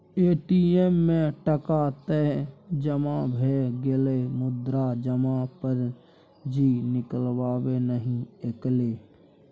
ATM मे टका तए जमा भए गेलै मुदा जमा पर्ची निकलबै नहि कएलै